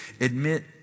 Admit